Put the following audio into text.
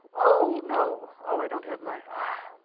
oh, no. oh, i don't have my. ah